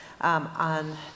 on